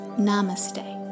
namaste